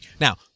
Now